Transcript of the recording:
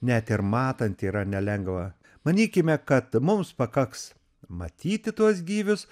net ir matant yra nelengva manykime kad mums pakaks matyti tuos gyvius